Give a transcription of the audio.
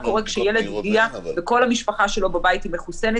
מה קורה כשילד הגיע וכל המשפחה שלו בבית היא מחוסנת,